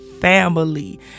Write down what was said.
family